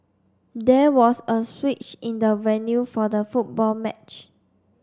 there was a switch in the venue for the football match